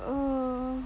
err